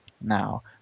now